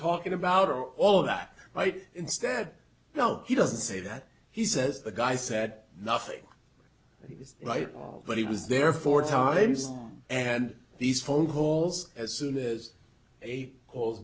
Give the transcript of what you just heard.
talking about or all of that right instead no he doesn't say that he says the guy said nothing he's right but he was there four times and these phone calls as soon as they call